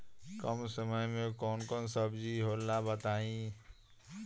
कम समय में कौन कौन सब्जी होला बताई?